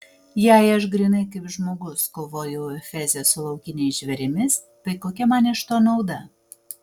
jei aš grynai kaip žmogus kovojau efeze su laukiniais žvėrimis tai kokia man iš to nauda